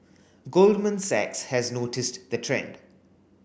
Goldman Sachs has noticed the trend